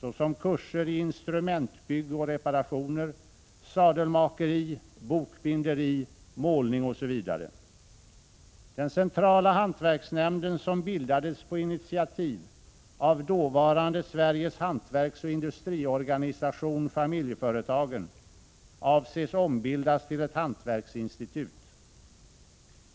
såsom kurser i instrumentbygge och reparationer, sadelmakeri, bokbinderi, målning osv. Den centrala hantverksnämnden, som bildades på initiativ av dåvarande Sveriges Hantverksoch industriorganisation — Familjeföretagen, avses ombildas till ett hantverksinstitut.